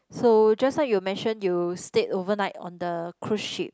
so just now you mention you stayed overnight on the cruise ship